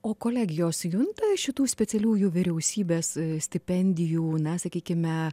o kolegijos junta šitų specialiųjų vyriausybės stipendijų na sakykime